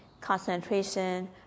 concentration